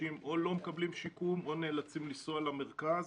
אנשים לא מקבלים שיקום או נאלצים לנסוע למרכז.